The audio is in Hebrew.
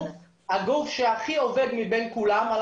הגוף שעובד מבין כולם הוא רשות הטבע,